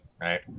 right